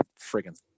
friggin